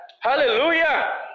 Hallelujah